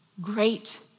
great